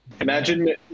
imagine